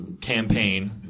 campaign